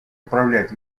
управлять